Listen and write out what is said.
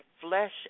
flesh